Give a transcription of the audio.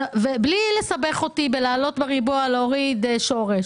בלי לסבך אותי בלהעלות בריבוע, להוריד שורש.